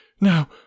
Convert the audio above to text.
Now